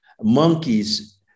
monkeys